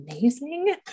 amazing